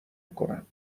کنم